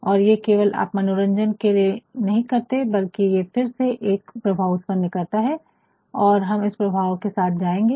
और ये केवल आप मनोरंजन नहीं करता है बल्कि ये फिर से एक प्रभाव उत्पन्न करता है और हम इस प्रभाव के साथ जायेंगे